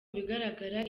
bigaragara